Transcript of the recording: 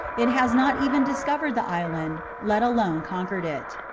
it has not even discovered the island, let alone con quered it.